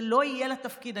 שלא יהיה לה תפקיד.